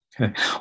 Okay